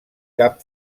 cap